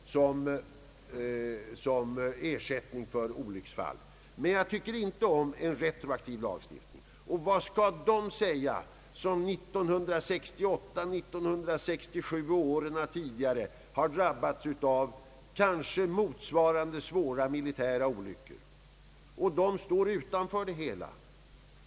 Men jag tycker inte om en retroaktiv lagstiftning. Vad skall de säga, som år 1968, 1967 och tidigare har drabbats av motsvarande militära olyckor och som nu står utanför det hela?